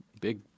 big